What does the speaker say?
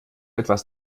etwas